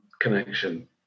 connection